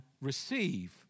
receive